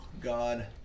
God